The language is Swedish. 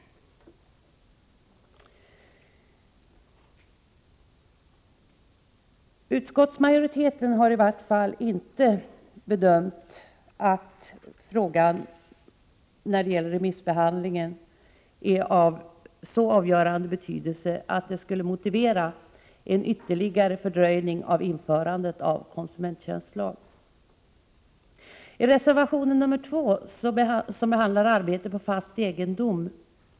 Utskottsmajoriteten har i vart fall inte bedömt att frågan när det gäller remissbehandlingen är av så avgörande betydelse att det skulle motivera en ytterligare fördröjning av införandet av konsumenttjänstlag. Reservation nr 2 behandlar arbete på fast egendom.